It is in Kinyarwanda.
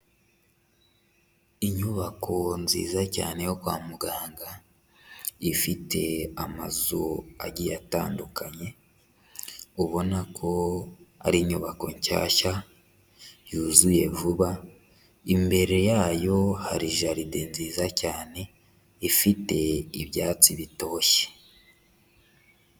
Inyubako nziza cyane yo kwa muganga, ifite amazu agiye atandukanye ubona ko ari inyubako nshyashya yuzuye vuba, imbere yayo hari jaride nziza cyane ifite ibyatsi bitoshye.